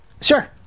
Sure